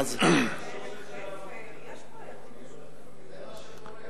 אבל יש פרויקטים משותפים.